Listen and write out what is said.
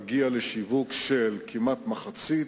מגיע לשיווק של כמעט מחצית,